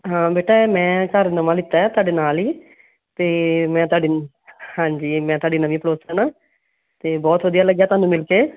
ਹਾਂ ਬੇਟਾ ਮੈਂ ਘਰ ਨਵਾਂ ਲਿੱਤਾ ਤੁਹਾਡੇ ਨਾਲ ਹੀ ਅਤੇ ਮੈਂ ਤੁਹਾਡੀ ਹਾਂਜੀ ਮੈਂ ਤੁਹਾਡੀ ਨਵੀਂ ਪੜੋਸਨ ਆ ਅਤੇ ਬਹੁਤ ਵਧੀਆ ਲੱਗਿਆ ਤੁਹਾਨੂੰ ਮਿਲ ਕੇ